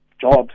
jobs